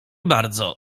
bardzo